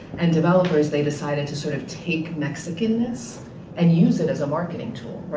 and developers they decided to sort of take mexicanness and use it as a marketing tool.